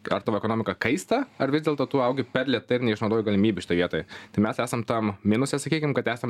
ar tavo ekonomika kaista ar vis dėlto tu augi per lėta ir neišnaudoji galimybių šitoj vietoj tai mes esam tam minuse sakykim kad esam